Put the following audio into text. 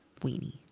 weenie